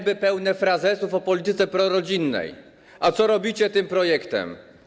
Gęby pełne frazesów o polityce prorodzinnej, a co robicie tym projektem?